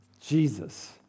Jesus